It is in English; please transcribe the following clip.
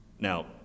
Now